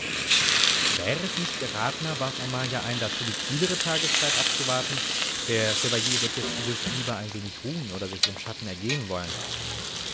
wär es nicht geratener warf amalia ein dazu die kühlere tageszeit abzuwarten der chevalier wird jetzt gewiß lieber ein wenig ruhen oder sich im schatten ergehen wollen